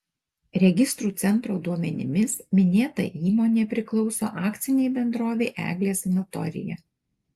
registrų centro duomenimis minėta įmonė priklauso akcinei bendrovei eglės sanatorija